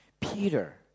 Peter